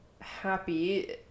happy